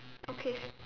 okay